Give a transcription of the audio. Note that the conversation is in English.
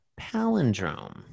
palindrome